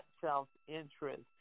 self-interest